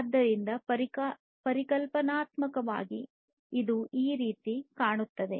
ಆದ್ದರಿಂದ ಪರಿಕಲ್ಪನಾತ್ಮಕವಾಗಿ ಇದು ಈ ರೀತಿ ಕಾಣುತ್ತದೆ